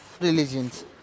religions